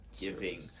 giving